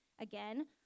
again